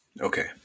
Okay